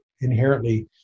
inherently